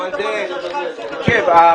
חבר הכנסת רוזנטל.